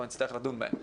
אנחנו נצטרך לדון בהם.